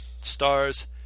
Stars